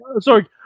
sorry